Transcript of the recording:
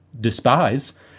despise